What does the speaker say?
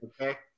Okay